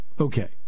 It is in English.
Okay